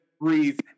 breathe